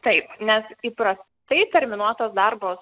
taip nes įprastai terminuotos darbo